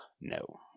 No